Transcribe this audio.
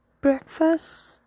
Breakfast